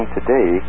today